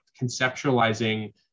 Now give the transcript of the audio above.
conceptualizing